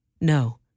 No